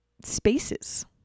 spaces